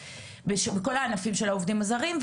בכל הענפים של העובדים הזרים,